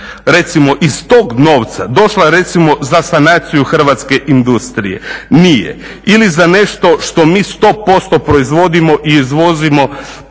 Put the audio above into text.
recimo iz tog novca došla za sanaciju hrvatske industrije? Nije. Ili za nešto što mi 100% proizvodimo i izvozimo